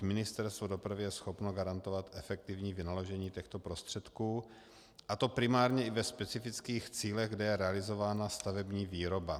Ministerstvo dopravy je schopno garantovat efektivní vynaložení těchto prostředků, a to primárně i ve specifických cílech, kde je realizována stavební výroba.